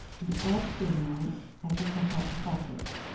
you add seam allowance as you cut out the fabric